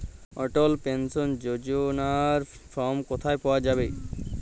অটল pension যোজনার form কোথায় পাওয়া যাবে?